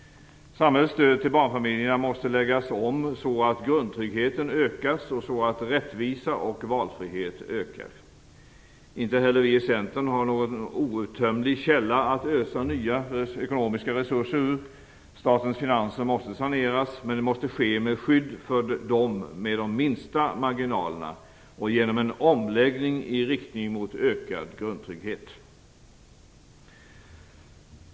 Samhällets stöd till barnfamiljerna måste läggas om så att grundtryggheten ökar och så att rättvisa och valfrihet ökar. Inte heller vi i Centern har någon outtömlig källa att ösa nya ekonomiska resurser ur. Statens finanser måste saneras. Men det måste ske med ett skydd för dem med de minsta marginalerna och genom en omläggning i riktning mot ökad grundtrygghet.